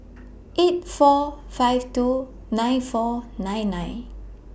eight four five two nine four nine nine